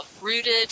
rooted